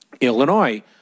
Illinois